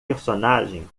personagem